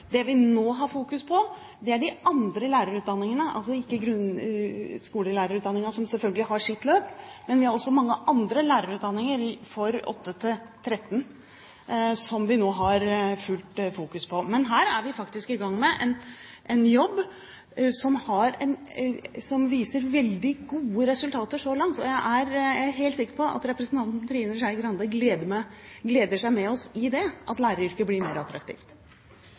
Det vi nå har fokus på, er de andre lærerutdanningene – ikke grunnskolelærerutdanningen, som selvfølgelig har sitt løp, men lærerutdanningene for 8.–13. trinn, som vi nå har fullt fokus på. Her er vi faktisk i gang med en jobb som viser veldig gode resultater så langt. Jeg er helt sikker på at representanten Trine Skei Grande gleder seg med oss i det, at læreryrket blir mer attraktivt.